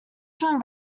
from